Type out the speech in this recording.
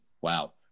Wow